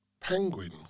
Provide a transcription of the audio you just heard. penguin